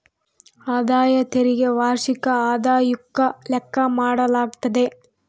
ಆದಾಯ ತೆರಿಗೆ ವಾರ್ಷಿಕ ಆದಾಯುಕ್ಕ ಲೆಕ್ಕ ಮಾಡಾಲಾಗ್ತತೆ